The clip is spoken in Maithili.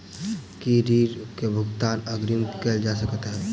की ऋण कऽ भुगतान अग्रिम मे कैल जा सकै हय?